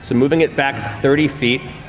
so moving it back thirty feet,